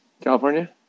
California